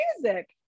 music